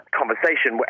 conversation